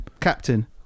Captain